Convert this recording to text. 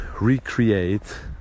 recreate